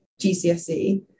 GCSE